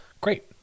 Great